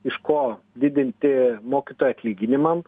iš ko didinti mokytojų atlyginimam